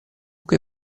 che